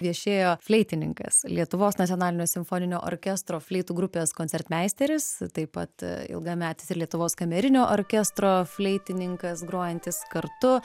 viešėjo fleitininkas lietuvos nacionalinio simfoninio orkestro fleitų grupės koncertmeisteris taip pat ilgametis ir lietuvos kamerinio orkestro fleitininkas grojantis kartu